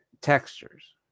textures